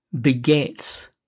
begets